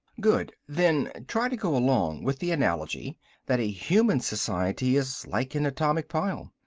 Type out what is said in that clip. good. then try to go along with the analogy that a human society is like an atomic pile.